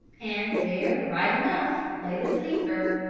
and there right enough lay the sleeper.